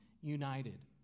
united